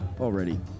already